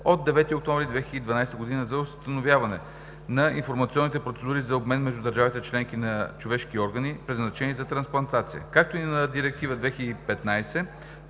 от 9 октомври 2012 г. за установяване на информационните процедури за обмен между държавите членки на човешки органи, предназначени за трансплантация (ОВ, L 275,